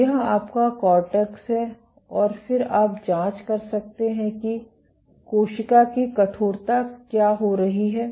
तो यह आपका कोर्टेक्स है और फिर आप जांच कर सकते हैं कि कोशिका की कठोरता क्या हो रही है